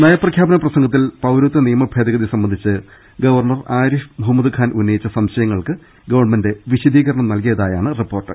നയപ്രഖ്യാപന പ്രസംഗത്തിൽ പൌരത്വ നിയമ ഭേദ ഗതി സംബന്ധിച്ച് ഗവർണ്ണർ ആരിഫ് മുഹമ്മദ് ഖാൻ ഉന്നയിച്ച സംശ യങ്ങൾക്ക് ഗവൺമെന്റ് വിശദീകരണം നൽകിയതായാണ് റിപ്പോർട്ട്